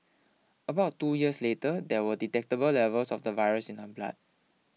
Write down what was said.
about two years later there were detectable levels of the virus in her blood